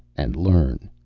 and learn.